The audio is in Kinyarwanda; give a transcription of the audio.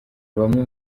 bamwe